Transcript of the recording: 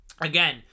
Again